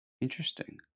interesting